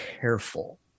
careful